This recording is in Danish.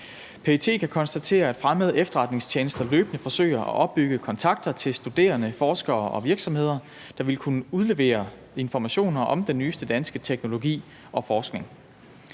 PET kan konstatere, at fremmede efterretningstjenester løbende forsøger at opbygge kontakter til studerende, forskere og virksomheder, der ville kunne udlevere informationer om den nyeste danske teknologi og forskning.